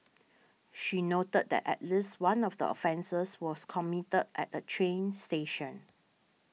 she noted that at least one of the offences was committed at a train station